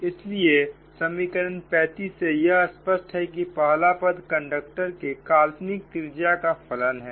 तो समीकरण 35 से यह स्पष्ट है कि पहला पद कंडक्टर के काल्पनिक त्रिज्या का फलन है